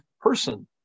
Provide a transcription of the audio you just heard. person